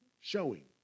showing